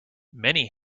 many